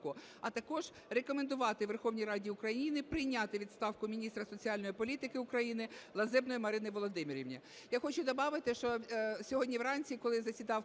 а також рекомендувати Верховній Раді України прийняти відставку міністра соціальної політики України Лазебної Марини Володимирівни.